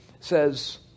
says